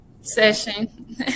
session